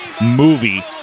movie